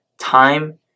time